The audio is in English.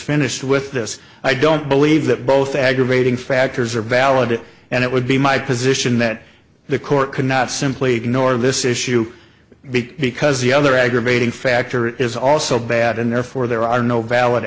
finished with this i don't believe that both aggravating factors are valid and it would be my position that the court cannot simply ignore this issue because the other aggravating factor is also bad and therefore there are no valid